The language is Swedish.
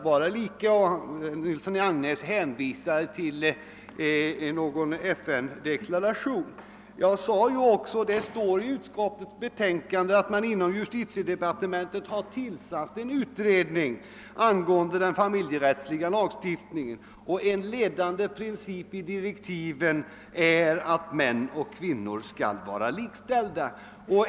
Herr Nilsson i Agnäs hänvisade till en FN deklaration. Som jag sade står det i utskottets utlåtande att det inom justitiedepartementet har tillsatts en utredning angående den familjerättsliga lagstiftningen. En ledande princip i direktiven för den är att män och kvinnor skall vara likställda.